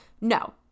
No